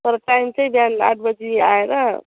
तर टाइम चाहिँ बिहान आठ बजी आएर